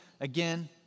again